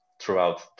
throughout